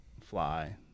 fly